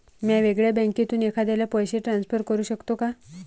म्या वेगळ्या बँकेतून एखाद्याला पैसे ट्रान्सफर करू शकतो का?